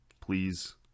please